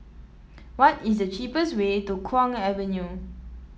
what is the cheapest way to Kwong Avenue